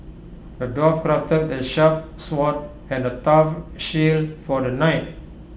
the dwarf crafted A sharp sword and A tough shield for the knight